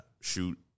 Shoot